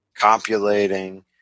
copulating